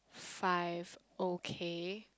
five okay